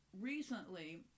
recently